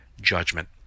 judgment